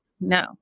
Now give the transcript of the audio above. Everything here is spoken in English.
no